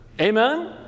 Amen